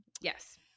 Yes